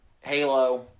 Halo